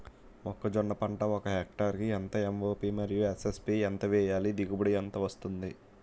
మొక్కజొన్న పంట ఒక హెక్టార్ కి ఎంత ఎం.ఓ.పి మరియు ఎస్.ఎస్.పి ఎంత వేయాలి? దిగుబడి ఎంత వస్తుంది?